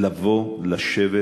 לבוא לשבת